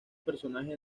personajes